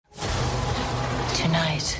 Tonight